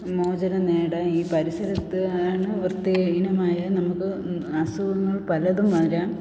മോചനം നേടാം ഈ പരിസരത്ത് ആണ് വൃത്തിഹീനമായാൽ നമുക്ക് അസുഖങ്ങൾ പലതും വരാം